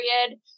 period